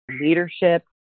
leadership